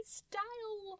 style